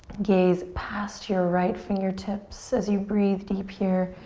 gaze past your right fingertips as you breathe deep here,